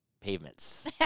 pavements